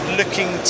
looking